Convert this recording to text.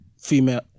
female